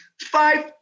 Five